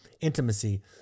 intimacy